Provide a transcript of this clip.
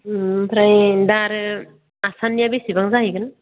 उम आमफ्राय दा आरो आसाननिया बेसेबां जाहैगोन